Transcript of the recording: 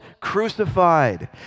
crucified